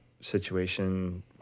situation